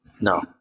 No